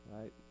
right